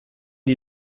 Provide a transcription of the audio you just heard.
die